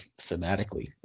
thematically